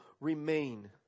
remain